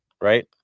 right